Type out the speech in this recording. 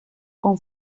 con